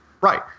Right